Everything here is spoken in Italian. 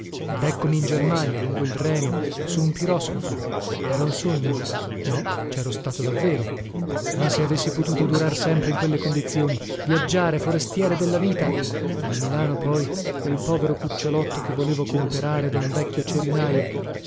ed eccomi in germania lungo il reno su un piroscafo era un sogno no cero stato davvero ah se avessi potuto durar sempre in quelle condizioni viaggiare forestiere della vita ma a milano poi quel povero cucciolotto che volevo comperare da un vecchio cerinajo